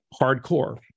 hardcore